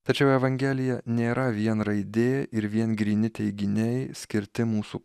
tačiau evangelija nėra vien raidė ir vien gryni teiginiai skirti mūsų